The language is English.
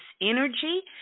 energy